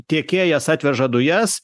tiekėjas atveža dujas